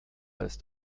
ist